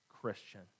Christian